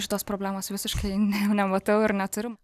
šitos problemos visiškai ne nematau ir neturim